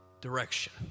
direction